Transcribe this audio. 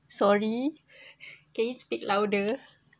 sorry can you speak louder